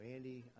Andy